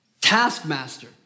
taskmaster